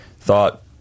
Thought